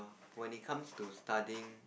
when it comes to studying